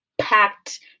packed